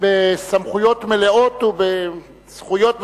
בסמכויות מלאות ובזכויות מלאות,